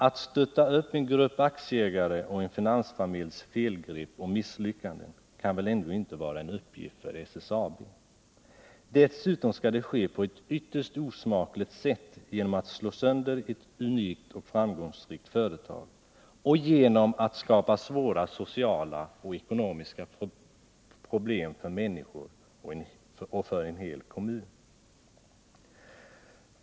Att stötta upp en grupp aktieägare och en finansfamiljs felgrepp och misslyckanden kan väl ändock inte vara en uppgift för SSAB. Dessutom skall det ske på ett ytterst osmakligt sätt, genom att slå sönder ett unikt och framgångsrikt företag och genom att skapa svåra sociala och ekonomiska problem för människor och för en hel kommun.